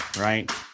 right